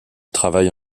travaille